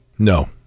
No